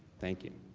thank you,